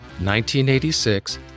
1986